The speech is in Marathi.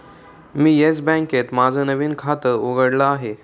मी येस बँकेत माझं नवीन खातं उघडलं आहे